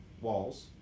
walls